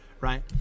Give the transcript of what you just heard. right